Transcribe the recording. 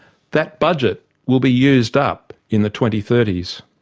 that budget will be used up in the twenty thirty s.